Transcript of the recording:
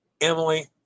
Emily